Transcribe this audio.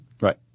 Right